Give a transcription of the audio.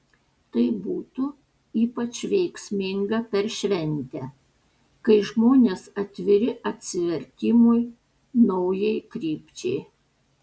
tai būtų ypač veiksminga per šventę kai žmonės atviri atsivertimui naujai krypčiai